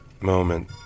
Moment